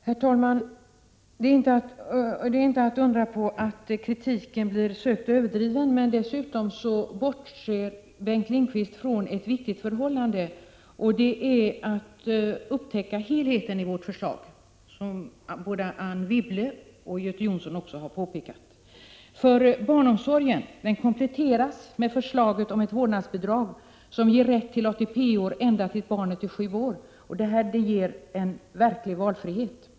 Herr talman! Det är inte att undra på att kritiken blir sökt och överdriven, men dessutom bortser Bengt Lindqvist från ett viktigt förhållande. Han upptäcker inte helheten i vårt förslag, vilket både Anne Wibble och Göte Jonsson har påpekat. Barnomsorgen kompletteras med ett vårdnadsbidrag som ger rätt till ATP-år ända till dess att barnet är sju år, och det ger en verklig valfrihet.